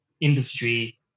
industry